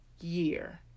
year